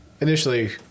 initially